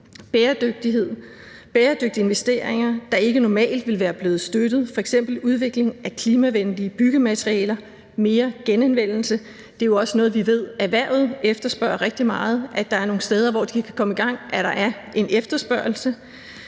bæredygtige investeringer, der ikke normalt ville være blevet støttet, f.eks. udvikling af klimavenlige byggematerialer; mere genanvendelse – det er jo også noget vi ved erhvervet efterspørger rigtig meget, altså at der er nogle steder, hvor de kan komme i gang, og at der er en efterspørgsel